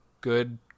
good